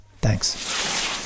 thanks